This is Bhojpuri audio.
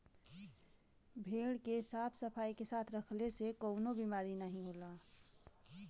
भेड़ के साफ सफाई के साथे रखले से कउनो बिमारी नाहीं होला